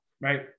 right